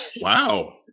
Wow